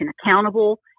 accountable